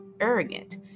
arrogant